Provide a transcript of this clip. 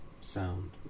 sound